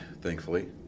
thankfully